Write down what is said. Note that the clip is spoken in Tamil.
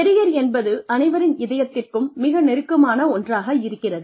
கெரியர் என்பது அனைவரின் இதயத்திற்கும் மிக நெருக்கமான ஒன்றாக இருக்கிறது